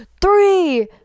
Three